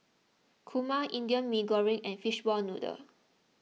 Kurma Indian Mee Goreng and Fishball Noodle